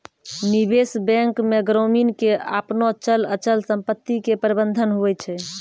निबेश बेंक मे ग्रामीण के आपनो चल अचल समपत्ती के प्रबंधन हुवै छै